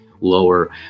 lower